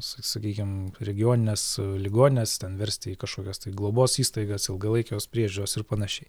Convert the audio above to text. s sakykim regionines ligonines ten verst į kažkokias tai globos įstaigas ilgalaikės priežiūros ir panašiai